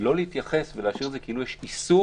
לא להתייחס ולהשאיר את זה כאילו יש איסור,